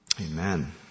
Amen